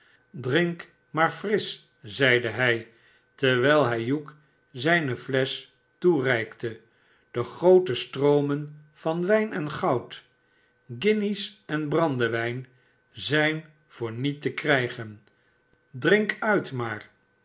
drink maar frisch zeide hij terwijl hij hugh zijne flesch toereikte de goten stroomen van wijnengoud guinjes en brandewijnt zijn voor niet te krijgen drink uit maar